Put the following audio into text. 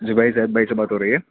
جی بھائی زید بھائی سے بات ہو رہی ہے